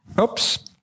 oops